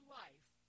life